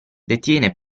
detiene